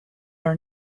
are